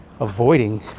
avoiding